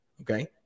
Okay